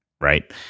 right